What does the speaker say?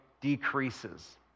decreases